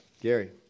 Gary